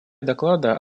доклада